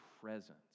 presence